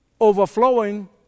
overflowing